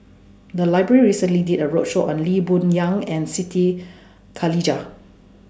The Library recently did A roadshow on Lee Boon Yang and Siti Khalijah